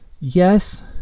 Yes